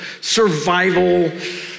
survival